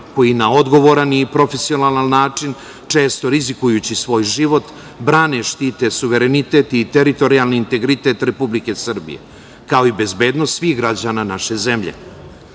koji na odgovaran i profesionalan način, često rizikujući svoj život, brane i štite suverenitet i teritorijalni integritet Republike Srbije, kao i bezbednost svih građana naše